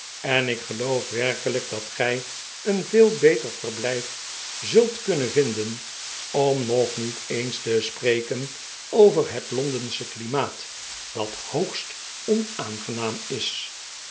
en ik geloof werkelijk dat gij een veel beter verblijf zult kunnen vinden om nog niet eens te spreken over het londensche klimaat dat hoogst onaangenaam is